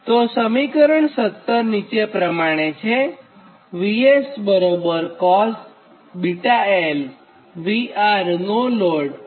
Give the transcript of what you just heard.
તો સમીકરણ 17 નીચે પ્રમાણે થશે